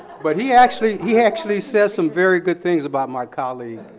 but he actually he actually says some very good things about my colleague.